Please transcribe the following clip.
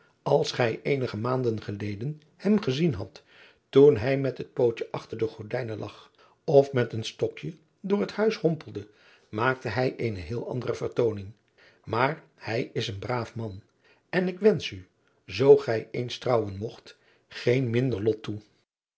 als gij eenige maanden geleden hem gezien hadt toen hij met het pootje achter de gordijnen lag of met een stokje door het huis hompelde maakte hij eene heel andere vertooning maar hij is een braaf mau en ik wensch u zoo gij eens trouwen mogt geen minder lot toe